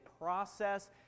process